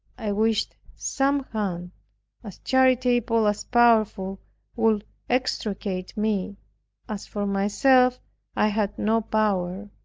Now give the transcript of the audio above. i wished some hand as charitable as powerful would extricate me as for myself i had no power.